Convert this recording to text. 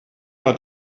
hat